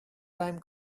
time